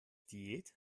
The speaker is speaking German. diät